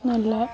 നല്ല